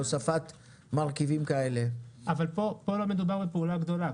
אבל כאן לא מדובר בפעולה גדולה.